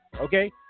okay